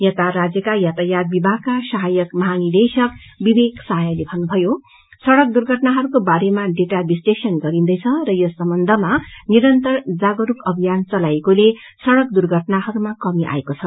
यता राज्यका यातायात विभागका साहायक महानिदेशक विवेक सहायले बताउनु भयो सड़क दुर्घअनाहरूकोबारेमा डेटा विश्लेषण गरिन्दैछ र यस सम्बन्धमा निरन्तर जागरूक अभियान चलाईएको कारण सड़क दुर्घटनाहरूमा कमी आएको छ